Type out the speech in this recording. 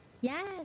Yes